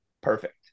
Perfect